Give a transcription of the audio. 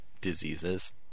diseases